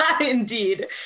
indeed